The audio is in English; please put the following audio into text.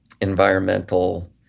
environmental